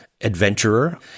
adventurer